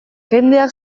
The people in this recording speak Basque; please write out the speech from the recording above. jendeak